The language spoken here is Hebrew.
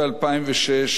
אבל גם לא אוסלו,